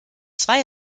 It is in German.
zwei